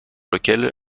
lequel